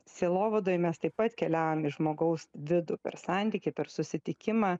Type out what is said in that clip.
sielovadoj mes taip pat keliaujam į žmogaus vidų per santykį per susitikimą